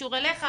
קשור אליך.